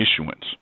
issuance